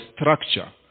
structure